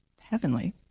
heavenly